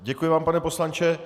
Děkuji vám, pane poslanče.